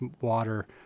water